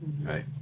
Right